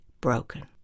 broken